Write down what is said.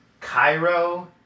Cairo